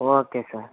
okay sir